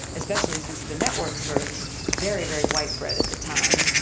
especially since the networks were very, very white bread at the time.